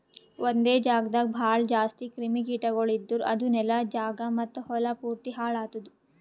ಒಂದೆ ಜಾಗದಾಗ್ ಭಾಳ ಜಾಸ್ತಿ ಕ್ರಿಮಿ ಕೀಟಗೊಳ್ ಇದ್ದುರ್ ಅದು ನೆಲ, ಜಾಗ ಮತ್ತ ಹೊಲಾ ಪೂರ್ತಿ ಹಾಳ್ ಆತ್ತುದ್